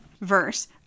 verse